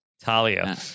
Talia